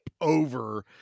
over